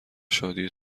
شادی